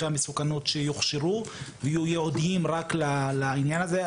המסוכנות שיוכשרו ויהיו ייעודיים רק לעניין הזה.